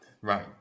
right